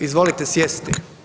Izvolite sjesti!